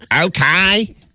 Okay